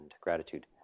gratitude